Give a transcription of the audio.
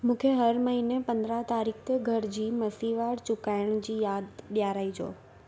मूंखे हर महीने जी पंद्रहं तारीख़ ते घर जी मसिवाड़ चुकाइण जी यादि ॾियाराई जो